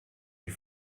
die